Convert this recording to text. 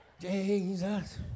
Jesus